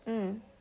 mm